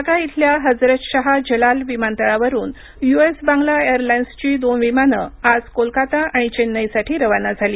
ढाका इथल्या हजरत शाह जलाल विमानतळावरून U S Bangla air लाईन्सची दोन विमानं आज कोलकाता आणि चेन्नईसाठी रवाना झाली